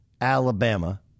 Alabama